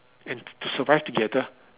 and to survive together